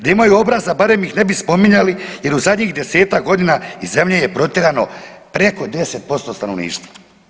Da imaju obraza barem ih ne bi spominjali, jer u zadnjih desetak godina iz zemlje je protjerano preko 10% stanovništva.